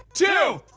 two,